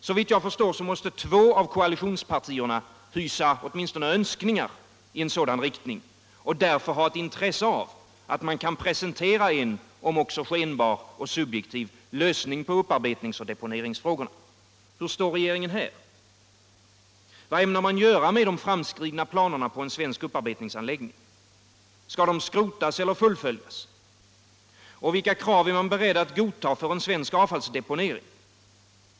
Såvill jag förstår måste två av koalitionspartierna hysa åtminstone önskningar i sådan riktning och därför ha ett intresse av att man kan presentera en - om också skenbar och subjektiv — lösning på upparbetningsoch deponeringsfrågorna. Hur står regeringen här? Vad ämnar man göra med de framskridna planerna på en svensk upparbetningsanläggning? Skall de skrotas eller fullföljas? Och vilka krav är man beredd att godta för en svensk avfallsdeponering?